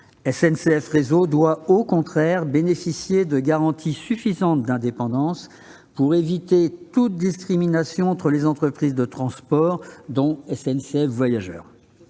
SNCF Réseau doit, au contraire, bénéficier de garanties d'indépendance suffisantes, pour éviter toute discrimination entre les entreprises de transport, dont SNCF Voyageurs.